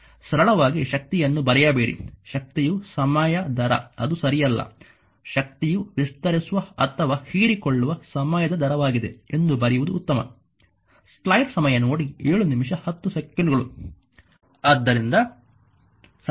ಸರಳವಾಗಿ ಶಕ್ತಿಯನ್ನು ಬರೆಯಬೇಡಿ ಶಕ್ತಿಯು ಸಮಯ ದರ ಅದು ಸರಿಯಲ್ಲ ಶಕ್ತಿಯು ವಿಸ್ತರಿಸುವ ಅಥವಾ ಹೀರಿಕೊಳ್ಳುವ ಸಮಯದ ದರವಾಗಿದೆ ಎಂದು ಬರೆಯುವುದು ಉತ್ತಮ ಆದ್ದರಿಂದ ಸಮೀಕರಣ 1